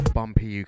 Bumpy